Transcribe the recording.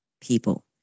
people